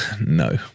No